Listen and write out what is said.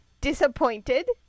disappointed